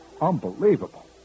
Unbelievable